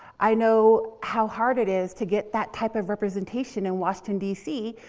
i know how hard it is to get that type of representation in washington d c.